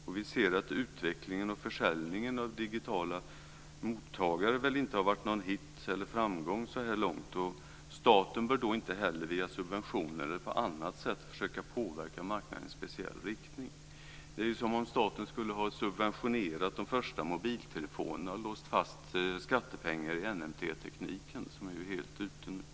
Och vi ser att utvecklingen och försäljningen av digitala mottagare väl inte har varit något hit eller framgång så här långt. Och staten bör då inte heller via subventioner eller på annat sätt försöka påverka marknaden i en speciell riktning. Det är som om staten skulle ha subventionerat de första mobiltelefonerna och låst fast skattepengar i NMT-tekniken som ju är helt ute nu.